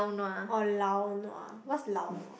or lao nua what's lao nua